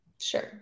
Sure